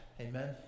Amen